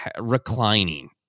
reclining